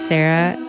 Sarah